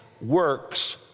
works